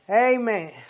Amen